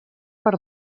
per